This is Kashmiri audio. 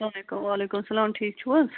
اَسَلام علیکُم وعلیکم سَلام ٹھیٖک چھُو حظ